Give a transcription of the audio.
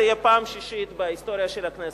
זאת תהיה הפעם השישית בהיסטוריה של הכנסת,